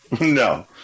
no